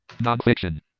Non-fiction